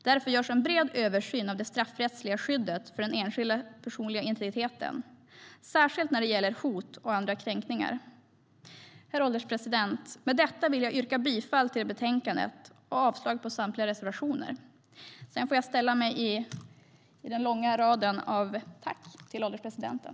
Därför görs en bred översyn av det straffrättsliga skyddet för enskildas personliga integritet, särskilt när det gäller hot och andra kränkningar. Herr ålderspresident! Med detta vill jag yrka bifall till förslaget i betänkandet och avslag på samtliga reservationer. Sedan får även jag säga tack till ålderspresidenten.